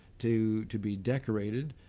to to be decorated,